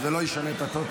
זה לא ישנה את התוצאה.